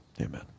amen